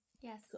yes